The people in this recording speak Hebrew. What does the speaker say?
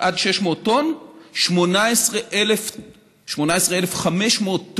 ב-2012 שרפנו, במקום עד 600 טונות, 18,500 טונות